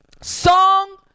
Song